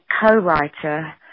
co-writer